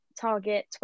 target